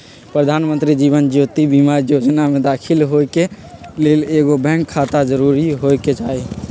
प्रधानमंत्री जीवन ज्योति बीमा जोजना में दाखिल होय के लेल एगो बैंक खाता जरूरी होय के चाही